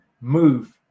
move